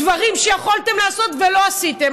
דברים שיכולתם לעשות ולא עשיתם.